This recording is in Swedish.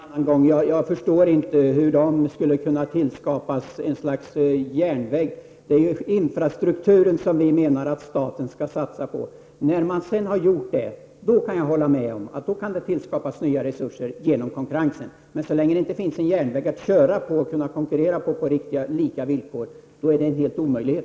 Fru talman! Sten Andersson, vi får ta upp denna diskussion en annan gång. Jag förstår inte hur dessa möjligheter skall kunna tillskapas, att man skall få en järnväg. Vi menar ju att staten skall satsa på infrastrukturen. När man väl har gjort det, kan jag hålla med om att det kan tillskapas nya resurser genom konkurrens. Så länge det inte finns en järnväg att köra på är det helt omöjligt att konkurrera på lika villkor.